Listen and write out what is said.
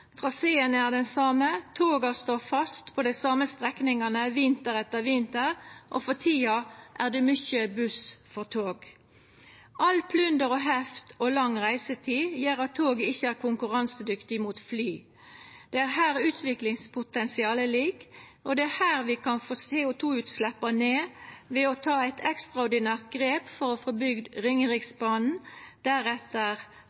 den same, toga står fast på dei same strekningane vinter etter vinter, og for tida er det mykje buss for tog. All plunder og heft og lang reisetid gjer at toget ikkje er konkurransedyktig mot fly. Det er her utviklingspotensialet ligg, og det er her vi kan få CO2-utsleppa ned, ved å ta eit ekstraordinært grep for å få bygd